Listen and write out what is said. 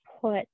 put